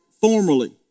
formally